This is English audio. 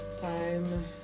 time